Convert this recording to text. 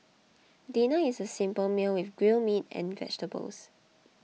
dinner is a simple meal with grilled meat and vegetables